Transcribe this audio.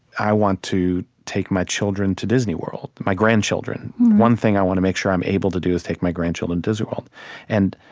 i want to take my children to disney world, my grandchildren. one thing i want to make sure i'm able to do is take my grandchildren to disney um and